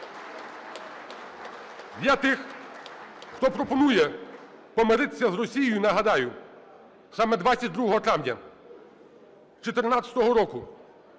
тих, хто пропонує помиритися з Росією, нагадаю: саме 22 травня 14-го року,